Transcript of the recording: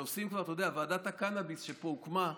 כשוועדת הקנביס הוקמה פה,